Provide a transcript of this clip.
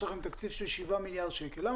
יש לכם תקציב של 7 מיליארד שקל,